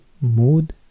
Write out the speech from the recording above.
Mood